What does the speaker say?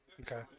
Okay